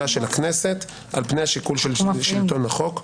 של הכנסת על-פני השיקול של שלטון החוק,